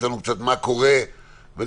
מה קצב הבדיקות?